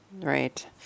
Right